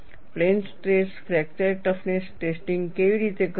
plane stress fracture toughness testing કેવી રીતે કરવું